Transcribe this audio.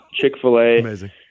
Chick-fil-A